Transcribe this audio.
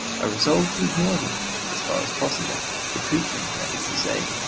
i resolved to ignore them as far as possible to treat them, that is to say,